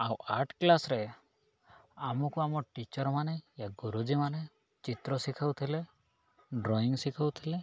ଆଉ ଆର୍ଟ କ୍ଲାସ୍ରେ ଆମକୁ ଆମ ଟିଚର୍ମାନେ ୟା ଗୁରୁଜୀମାନେ ଚିତ୍ର ଶିଖାଉଥିଲେ ଡ୍ରଇଂ ଶିଖାଉଥିଲେ